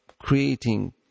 creating